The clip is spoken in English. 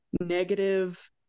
negative